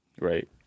Right